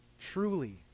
truly